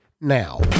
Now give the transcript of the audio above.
now